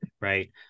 right